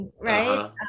right